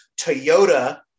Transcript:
Toyota